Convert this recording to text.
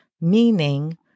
meaning